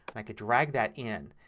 like drag that in.